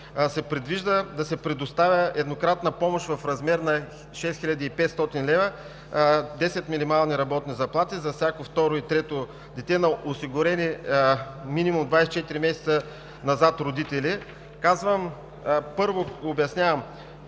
се предвижда да се предоставя еднократна помощ в размер на 6500 лв. – десет минимални работни заплати за всяко второ и трето дете на осигурени минимум 24 месеца назад родители. Първо, обяснявам